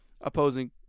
opposing